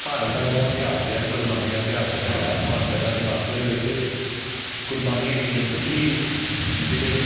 ਭਾਰਤ ਦਾ ਜਿਹੜਾ ਇਤਿਹਾਸ ਰਿਹਾ ਕੁਰਬਾਨੀਆਂ ਦਾ ਇਤਿਹਾਸ ਰਿਹਾ ਭਾਰਤ ਦਾ ਜਿਹੜਾ ਇਤਿਹਾਸ ਉਹਦੇ ਵਿੱਚ ਕੁਰਬਾਨੀਆਂ ਹੀ ਰਹੀਆਂ ਕਿਉਂਕਿ ਜਿਹੜੇ